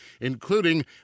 including